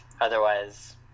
otherwise